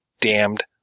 damned